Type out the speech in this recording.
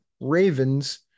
Ravens